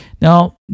Now